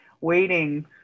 waiting